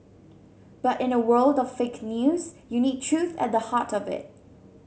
but in a world of fake news you need truth at the heart of it